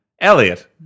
Elliot